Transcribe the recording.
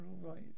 right